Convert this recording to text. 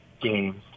games